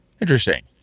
Interesting